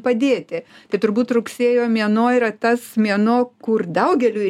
padėti tai turbūt rugsėjo mėnuo yra tas mėnuo kur daugeliui